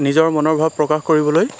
নিজৰ মনৰ ভাৱ প্ৰকাশ কৰিবলৈ